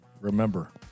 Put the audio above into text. remember